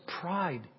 pride